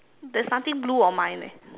there's nothing blue on mine eh